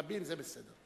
רבים זה בסדר.